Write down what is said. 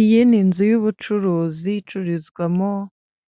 Iyi ni inzu y'ubucuruzi icururizwamo